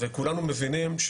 וכולנו מבינים,